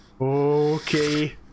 okay